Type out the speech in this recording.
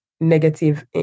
negative